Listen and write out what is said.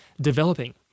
developing